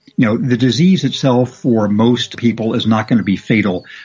know, the disease itself for most people is not going to be fatal.